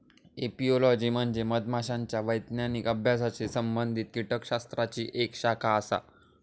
apiology म्हणजे मधमाशांच्या वैज्ञानिक अभ्यासाशी संबंधित कीटकशास्त्राची एक शाखा आसा